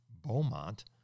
Beaumont